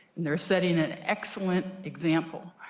they are setting an excellent example.